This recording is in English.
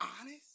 honest